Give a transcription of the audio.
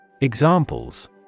Examples